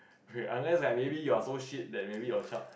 unless like maybe you are so shit then maybe your shop